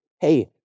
hey